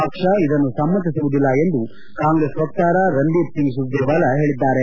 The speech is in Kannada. ಪಕ್ಷ ಇದನ್ನು ಸಮ್ಮತಿಸುವುದಿಲ್ಲ ಎಂದು ಕಾಂಗ್ರೆಸ್ ವಕ್ತಾರ ರಂದೀಪ್ ಸಿಂಗ್ ಸುರ್ಜೇವಾಲಾ ಹೇಳಿದ್ದಾರೆ